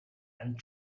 and